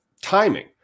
timing